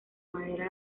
madera